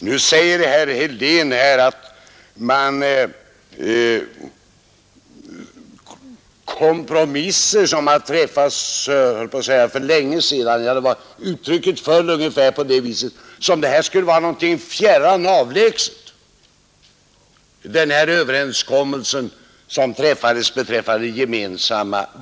Herr Helén talar om kompromissen beträffande gemensam valdag som träffades för länge sedan — han uttryckte sig ungefär som om den överenskommelsen skulle vara någonting fjärran och avlägset.